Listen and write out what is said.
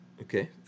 okay